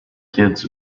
kids